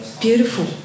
Beautiful